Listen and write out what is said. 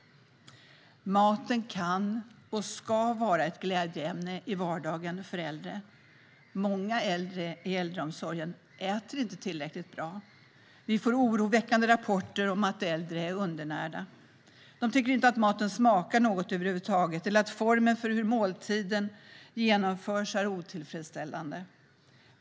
Maten kan och ska vara ett glädjeämne i vardagen för äldre. Många äldre i äldreomsorgen äter inte tillräckligt bra. Vi får oroväckande rapporter om att äldre är undernärda. De tycker att maten inte smakar något över huvud taget eller att formen för hur måltiderna genomförs är otillfredsställande.